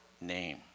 name